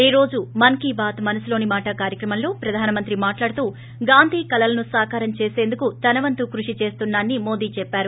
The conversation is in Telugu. ఈ రోజు మన్ కీ బాత్ మనసులోని మాట కార్యక్రమంలో ప్రధాన మంత్రి మాట్లాడుతూ గాంధీ కలలను సాకారం చేసేందుకు తన వంతు కృషి చేస్తున్నా నిమోదీ చెప్పారు